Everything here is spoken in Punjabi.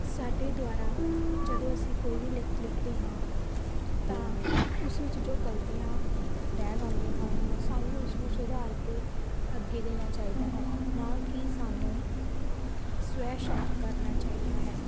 ਸਾਡੇ ਦੁਆਰਾ ਜਦੋਂ ਅਸੀਂ ਕੋਈ ਵੀ ਲਿਖਦੇ ਹਾਂ ਤਾਂ ਉਸ ਵਿੱਚ ਜੋ ਗਲਤੀਆਂ ਰਹਿ ਜਾਂਦੀਆਂ ਹਨ ਸਾਨੂੰ ਉਸਨੂੰ ਸੁਧਾਰ ਕੇ ਅੱਗੇ ਦੇਣਾ ਚਾਹੀਦਾ ਹੈ ਨਾ ਕਿ ਸਾਨੂੰ ਸਵੈ ਸ਼ੱਕ ਕਰਨਾ ਚਾਹੀਦਾ ਹੈ